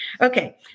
Okay